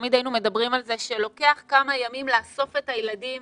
ותמיד היינו מדברים על זה שלוקח כמה ימים לאסוף את הילדים